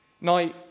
Now